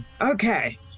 Okay